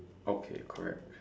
okay correct